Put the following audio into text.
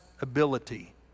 ability